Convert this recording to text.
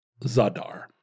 Zadar